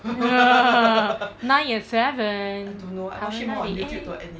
nine eight seven power ninety eight